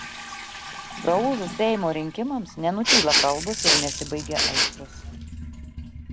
praūžus seimo rinkimams nenutyla kalbos ir nesibaigia aistros